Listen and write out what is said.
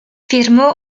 firmó